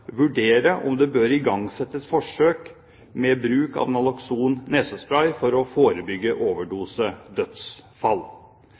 vurdere om det bør igangsettes forsøk med bruk av Naloxon nesespray for å forebygge